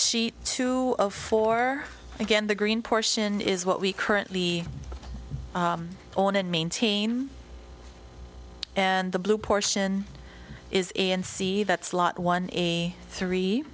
sheet two for again the green portion is what we currently own and maintain and the blue portion is in c that slot one eighty three